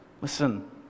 Listen